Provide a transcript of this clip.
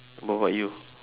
what about you